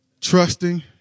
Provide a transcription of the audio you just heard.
trusting